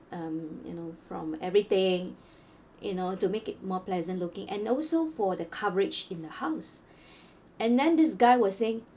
um you know from everything you know to make it more pleasant looking and also for the coverage in the house and then this guy was saying